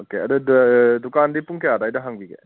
okay ꯑꯗꯨ ꯑꯥ ꯗꯨꯀꯥꯟꯗꯤ ꯄꯨꯡ ꯀꯌꯥ ꯑꯗꯥꯏꯗ ꯍꯥꯡꯕꯤꯒꯦ